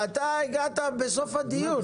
אתה הגעת בסוף הדיון.